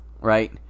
right